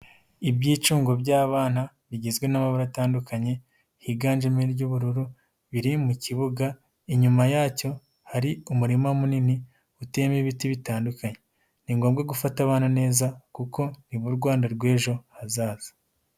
Ibyicungo by'abana, bigizwe n'amabara atandukanye, higanjemo iryubururu, biri mu kibuga, inyuma yacyo, hari umurima munini, uteyemo ibiti bitandukanye. Ni ngombwa gufata abana neza kuko ni bo Rwanda rw'ejo hazaza.